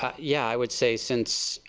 ah yeah i would say since,